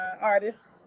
artist